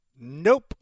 Nope